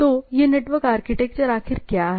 तो यह network architecture आखिर क्या है